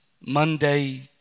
Monday